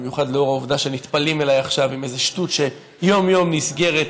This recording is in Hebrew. במיוחד לאור העובדה שנטפלים אליי עכשיו עם איזה שטות שיום-יום נסגרת,